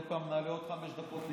עוד פעם נעלה לעוד חמש דקות,